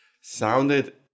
Sounded